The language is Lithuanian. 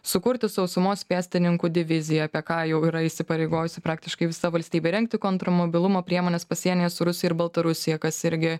sukurti sausumos pėstininkų diviziją apie ką jau yra įsipareigojusi praktiškai visa valstybė rengti kontrmobilumo priemones pasienyje su rusija ir baltarusija kas irgi